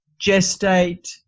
gestate